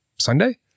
Sunday